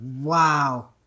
Wow